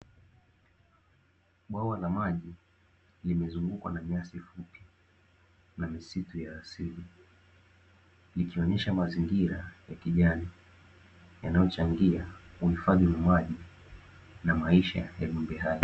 Bwawa la maji limezungukwa na nyasi fupi na misitu ya asili likionyesha mazingira ya kijani, Yanayochangia uhifadhi wa maji na maisha ya viumbe hai.